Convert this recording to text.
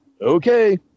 Okay